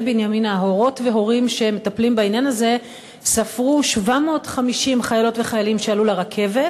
הורות והורים שמטפלים בעניין הזה ספרו 750 חיילות וחיילים שעלו לרכבת,